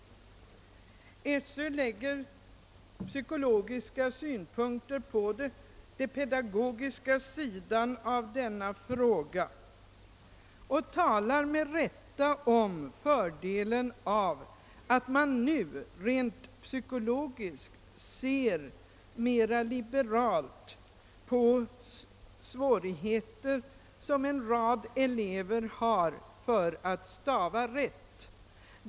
Skolöverstyrelsen lägger psykologiska synpunkter på den pedagogiska sidan av denna fråga och talar med rätta om fördelen av att man nu rent psykologiskt ser mer liberalt på de svårigheter som en rad elever har att stava rätt.